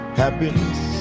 happiness